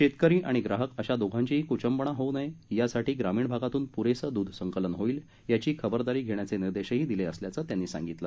शेतकरी आणि ग्राहक अशा दोघांचीही कुंचंबणा होऊ नये यासाठी ग्रामीण भागातून पुरेसं दूध संकलन होईल याची खबरदारी घेण्याचे निर्देशही दिले असल्याचं त्यांनी सांगितलं